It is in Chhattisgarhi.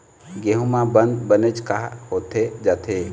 गेहूं म बंद बनेच काहे होथे जाथे?